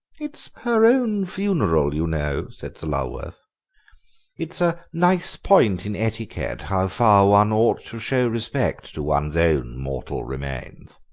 it's her own funeral, you know, said sir lulworth it's a nice point in etiquette how far one ought to show respect to one's own mortal remains.